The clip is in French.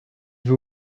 veut